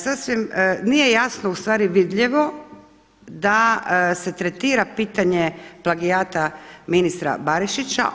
Sasvim nije jasno ustvari vidljivo da se tretira pitanje plagijata ministra Barišića.